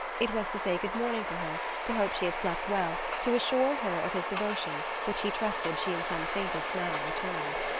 it was to say good morning to her, to hope she had slept well, to assure her of his devotion, which he trusted she in some faintest manner returned.